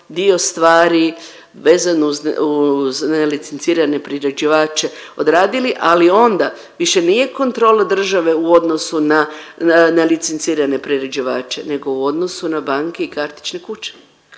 dio stvari vezano uz nelicencirane priređivače odradili ali onda više nije kontrola države u odnosu na, na licencirane priređivače nego u odnosu na banke i kartične kuće.